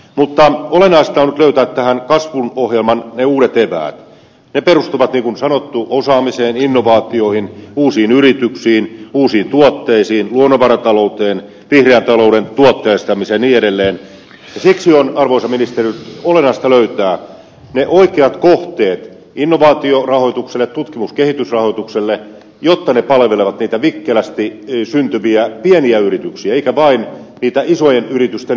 mutta olennaista löytää tähän asti ohjelman uudet tilat ja perustuvat niin sanottu puuosaamiseen innovaatioihin uusiin yrityksiin uusiin tuotteisiin luonnonvaratalouteen vihreän talouden tuotteistamiseni edelleen seksi on arvoisa ministeri olennaista löytää ne oikeat kohteet innovaatiorahoitukselle tutkimuskehitysrahoitukselle jotta ne palvelevat niitä vikkelästi syntyviä pieniä yrityksiä eikä vain pitää isojen yritysten